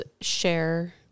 share